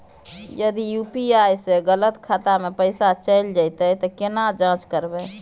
यदि यु.पी.आई स गलत खाता मे पैसा चैल जेतै त केना जाँच करबे?